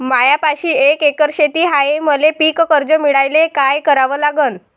मायापाशी एक एकर शेत हाये, मले पीककर्ज मिळायले काय करावं लागन?